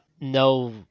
no